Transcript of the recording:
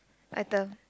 my turn